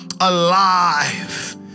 alive